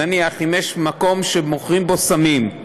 נניח שיש מקום שמוכרים בו סמים,